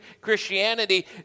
Christianity